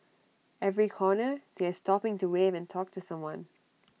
every corner they are stopping to wave and talk to someone